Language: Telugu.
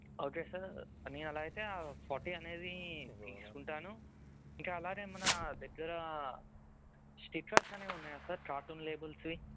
ఓకే సార్ నేను అలా అయితే ఫార్టీ అనేది తీసుకుంటాను ఇంకా అలాగే మన దగ్గర స్టిక్కర్స్ అనేవి ఉన్నాయా సార్ కార్టూన్ లేబుల్స్వి